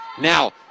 Now